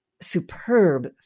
superb